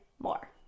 more